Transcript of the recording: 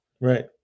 Right